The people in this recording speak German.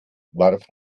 warf